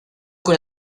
con